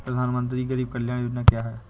प्रधानमंत्री गरीब कल्याण योजना क्या है?